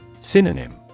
Synonym